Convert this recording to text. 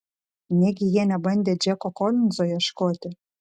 negi jie nebandė džeko kolinzo ieškoti